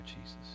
Jesus